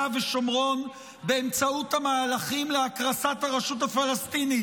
ושומרון באמצעות המהלכים להקרסת הרשות הפלסטינית.